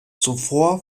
zuvor